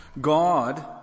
God